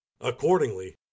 Accordingly